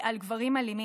על גברים אלימים